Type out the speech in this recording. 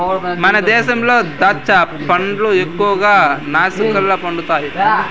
మన దేశంలో దాచ్చా పండ్లు ఎక్కువగా నాసిక్ల పండుతండాయి